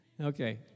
Okay